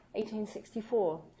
1864